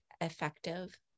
effective